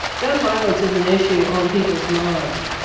gun violence is an issue on people's mind,